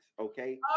okay